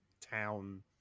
town